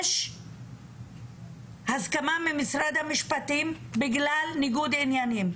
יש הסכמה ממשרד המשפטים בגלל ניגוד עניינים,